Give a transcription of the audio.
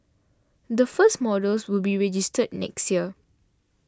the first models will be registered next year